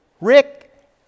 Rick